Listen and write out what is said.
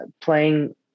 playing